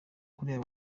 kuriya